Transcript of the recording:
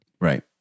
Right